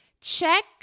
check